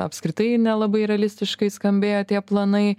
apskritai nelabai realistiškai skambėjo tie planai